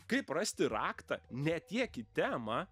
kaip rasti raktą ne tiek į temą